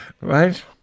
Right